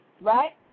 right